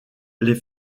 les